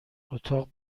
اتاق